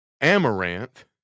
amaranth